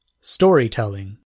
Storytelling